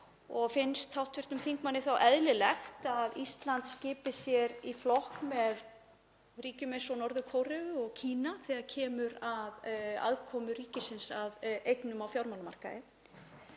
finnst hv. þingmanni þá eðlilegt að Ísland skipi sér í flokk með ríkjum eins og Norður-Kóreu og Kína þegar kemur að aðkomu ríkisins að eignum á fjármálamarkaði?